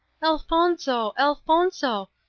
elfonzo! elfonzo!